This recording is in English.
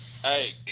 Hey